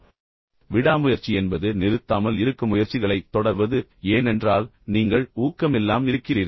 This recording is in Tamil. இறுதியாக விடாமுயற்சி என்பது நிறுத்தாமல் இருக்க முயற்சிகளைத் தொடர்வது ஏனென்றால் நீங்கள் ஏதோவொன்றால் ஊக்கமில்லாம் இருக்கிறீர்கள்